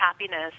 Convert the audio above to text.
happiness